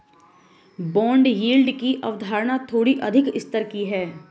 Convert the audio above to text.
bond yield की अवधारणा थोड़ी अधिक स्तर की है